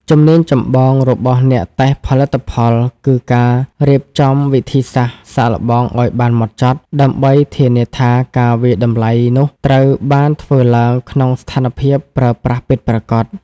ជំនាញចម្បងរបស់អ្នកតេស្តផលិតផលគឺការរៀបចំវិធីសាស្ត្រសាកល្បងឱ្យបានហ្មត់ចត់ ដើម្បីធានាថាការវាយតម្លៃនោះត្រូវបានធ្វើឡើងក្នុងស្ថានភាពប្រើប្រាស់ពិតប្រាកដ។